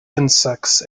insects